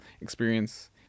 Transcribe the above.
experience